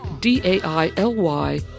D-A-I-L-Y